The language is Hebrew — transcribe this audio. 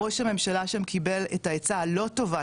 ראש הממשלה שם קיבל את העצה הלא טובה,